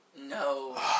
No